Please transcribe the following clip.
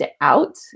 out